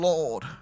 Lord